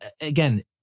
again